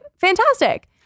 Fantastic